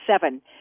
seven